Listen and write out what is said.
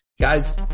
guys